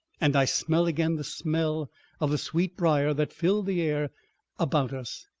and i smell again the smell of the sweet-briar that filled the air about us,